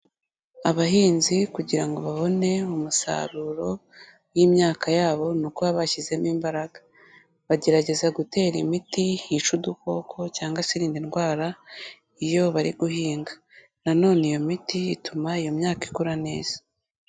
Abahinzi kugira ngo babone umusaruro w'imyaka yabo ni uko baba bashyizemo imbaraga, bagerageza gutera imiti yica udukoko cyangwa se irinda indwara iyo bari guhinga, nanone iyo miti ituma iyo myaka ikura neza.